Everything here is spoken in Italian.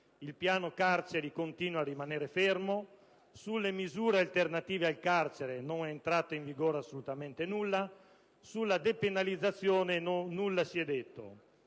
il piano carceri continua a rimanere fermo, sulle misure alternative al carcere non è entrato in vigore assolutamente nulla e sulla depenalizzazione nulla si è detto.